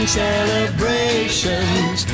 celebrations